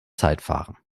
zeitfahren